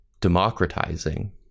democratizing